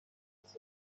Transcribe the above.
پایان